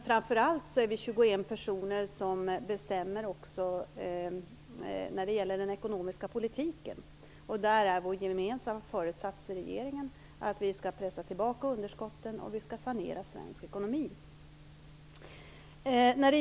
Framför allt är det 21 personer som bestämmer när det gäller den ekonomiska politiken. Där är vår gemensamma föresats i regeringen att vi skall pressa tillbaka underskotten och sanera den svenska ekonomin.